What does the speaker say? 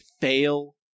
fail